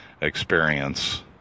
experience